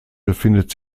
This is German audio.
befindet